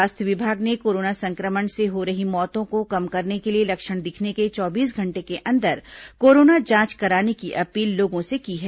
स्वास्थ्य विभाग ने कोरोना संक्रमण से हो रही मौतों को कम करने के लिए लक्षण दिखने के चौबीस घंटे के अंदर कोरोना जांच कराने की अपील लोगों से की है